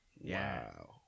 wow